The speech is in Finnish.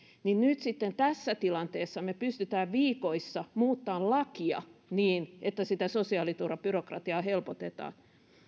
niin nyt sitten tässä tilanteessa me pystymme viikoissa muuttamaan lakia niin että sitä sosiaaliturvabyrokratiaa helpotetaan